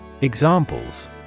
Examples